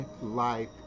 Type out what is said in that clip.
life